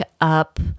up